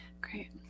great